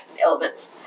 Elements